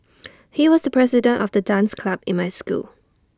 he was the president of the dance club in my school